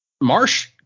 Marsh